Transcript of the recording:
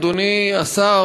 אדוני השר,